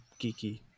geeky